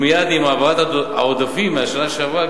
ומייד עם העברת העודפים מהשנה שעברה